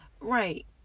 Right